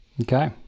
Okay